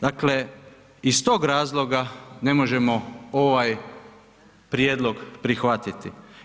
Dakle, iz tog razloga ne možemo ovaj prijedlog prihvatiti.